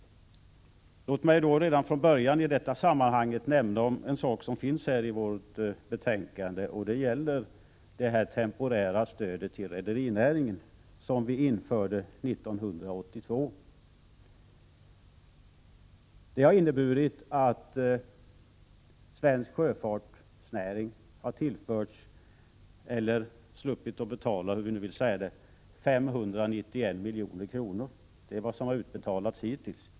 Låt mig redan från början i detta sammanhang nämna något som finns i vårt betänkande. Det är det temporära stödet till rederinäringen, som vi införde 1982. Det har inneburit att svensk sjöfartsnäring har tillförts — eller sluppit betala — 591 milj.kr. Det är det belopp som utbetalats hittills.